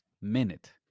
minute